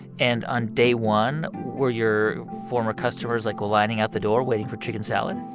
and on day one were your former customers, like, lining out the door waiting for chicken salad?